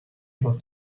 able